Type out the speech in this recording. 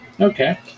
Okay